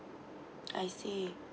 I see